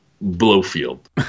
Blowfield